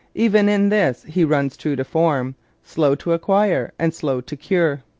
even in this he runs true to form slow to acquire and slow to cure.